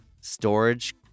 storage